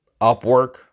Upwork